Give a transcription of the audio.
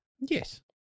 Yes